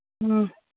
ꯎꯝ